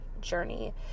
journey